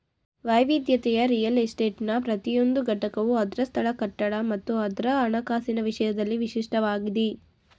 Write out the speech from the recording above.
ವೈವಿಧ್ಯತೆಯ ರಿಯಲ್ ಎಸ್ಟೇಟ್ನ ಪ್ರತಿಯೊಂದು ಘಟಕವು ಅದ್ರ ಸ್ಥಳ ಕಟ್ಟಡ ಮತ್ತು ಅದ್ರ ಹಣಕಾಸಿನ ವಿಷಯದಲ್ಲಿ ವಿಶಿಷ್ಟವಾಗಿದಿ